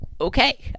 okay